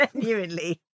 Genuinely